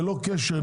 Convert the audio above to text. ללא קשר,